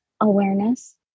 Awareness